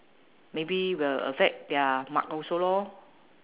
maybe will affect their mark also lor